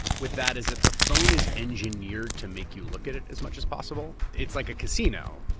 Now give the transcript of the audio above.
with that is that the phone is engineered to make you look at it as much as possible. it's like a casino.